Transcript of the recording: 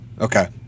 okay